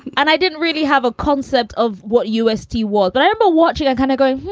and i didn't really have a concept of what usd was. but i am ah watching. i kind of go, hey,